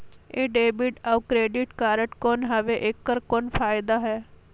ये डेबिट अउ credit card कौन हवे एकर कौन फाइदा हे?